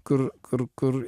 kur kur kur